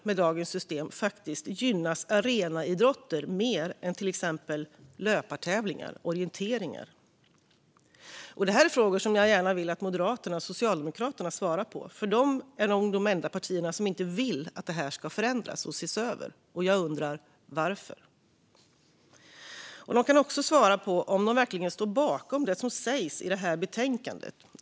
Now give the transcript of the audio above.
Med dagens system gynnas faktiskt arenaidrotter mer än till exempel löpartävlingar och orienteringar - varför? Detta är frågor som jag gärna vill att Moderaterna och Socialdemokraterna svarar på, för de är de enda partierna som inte vill att det här ska förändras och ses över. Jag undrar varför. De kan också svara på om de verkligen står bakom det som sägs i betänkandet.